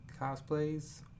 cosplays